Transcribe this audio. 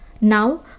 Now